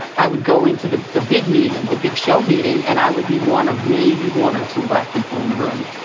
i would go into the the big meeting, the big show meeting, and i would be one of maybe one or two black people in the room.